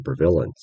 supervillains